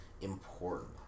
important